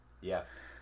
Yes